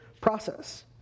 process